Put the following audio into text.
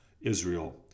Israel